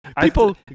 People